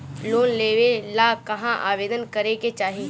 Loan लेवे ला कहाँ आवेदन करे के चाही?